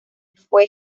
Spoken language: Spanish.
fue